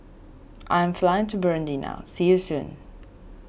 I am flying to Burundi now see you soon